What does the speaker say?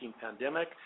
pandemic